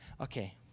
Okay